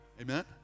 Amen